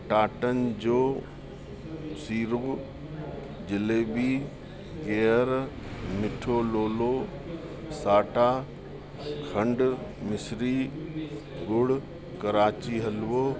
टाटनि जो सीरो जलेबी गिहर मिठो लोलो साटा खंडु मिसरी ॻुड़ु कराची हलवो